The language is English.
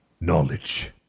knowledge